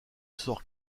sort